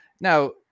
Now